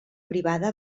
privada